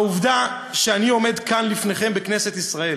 העובדה שאני עומד כאן לפניכם בכנסת ישראל,